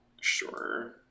sure